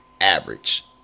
average